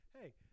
hey